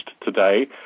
today